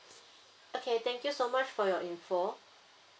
okay thank you so much for your info